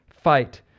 fight